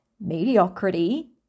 mediocrity